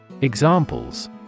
Examples